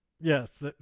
Yes